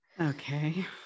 Okay